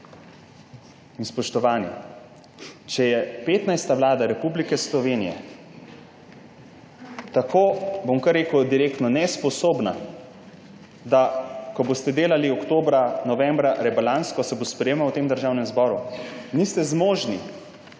Spoštovani! Če je 15. vlada Republike Slovenije tako, bom kar rekel direktno, nesposobna, da ko boste delali oktobra, novembra rebalans, ki se bo sprejemal v Državnem zboru, niste zmožni